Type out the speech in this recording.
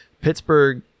pittsburgh